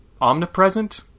omnipresent